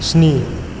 स्नि